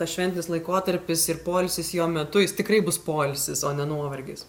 tas šventinis laikotarpis ir poilsis jo metu jis tikrai bus poilsis o ne nuovargis